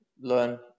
learn